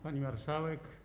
Pani Marszałek!